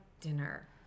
dinner